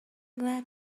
glad